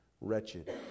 wretched